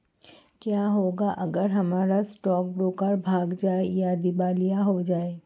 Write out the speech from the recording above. क्या होगा अगर हमारा स्टॉक ब्रोकर भाग जाए या दिवालिया हो जाये?